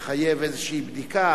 וזה מחייב איזו בדיקה,